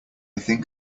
think